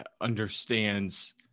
understands